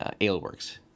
Aleworks